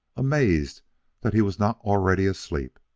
amazed that he was not already asleep.